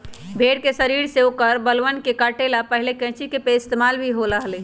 भेड़ के शरीर से औकर बलवन के काटे ला पहले कैंची के पइस्तेमाल ही होबा हलय